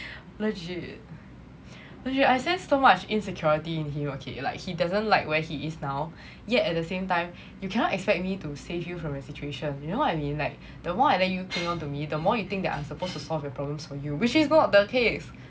legit !aiyo! I sense too much insecurity in him okay like he doesn't like where he is now yet at the same time you cannot expect me to save you from your situation you know what I mean like the more I let you cling onto me the more you think that I'm supposed to solve your problems for you which is not the case